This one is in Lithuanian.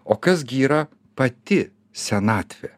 o kas gi yra pati senatvė